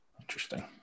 Interesting